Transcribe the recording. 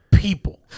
people